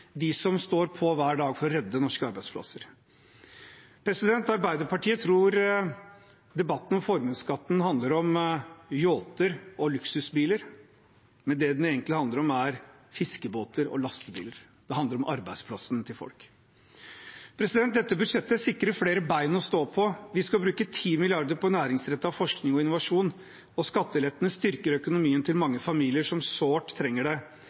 de som står på hver dag for å redde norske arbeidsplasser. Arbeiderpartiet tror debatten om formuesskatten handler om yachter og luksusbiler, men det den egentlig handler om, er fiskebåter og lastebiler. Det handler om arbeidsplassen til folk. Dette budsjettet sikrer flere bein å stå på. Vi skal bruke 10 mrd. kr på næringsrettet forskning og innovasjon. Og skattelettene styrker økonomien til mange familier som sårt trenger det.